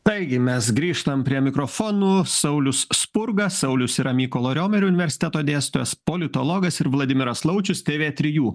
taigi mes grįžtam prie mikrofonų saulius spurga saulius yra mykolo riomerio universiteto dėstytojas politologas ir vladimiras laučius tv trijų